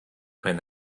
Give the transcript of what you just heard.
when